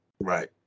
Right